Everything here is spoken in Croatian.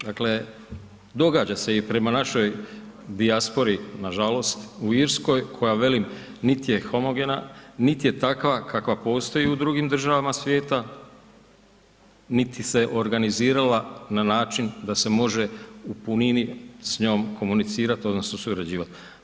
Dakle, događa se i prema našoj dijaspori nažalost, u Irskoj koja velim, niti je homogena niti je takva kakva postoji u drugim državama svijeta niti se organizirala na način da se može u punini s njom komunicirati odnosno surađivati.